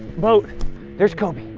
boat there's coby.